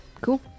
cool